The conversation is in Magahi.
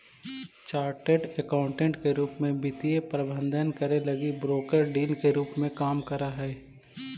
चार्टर्ड अकाउंटेंट के रूप में वे वित्तीय प्रबंधन करे लगी ब्रोकर डीलर के रूप में काम करऽ हई